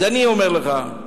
אז אני אומר לך: